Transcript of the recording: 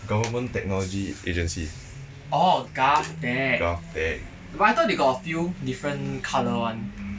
government technology agency GovTech